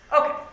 Okay